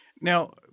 Now